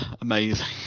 Amazing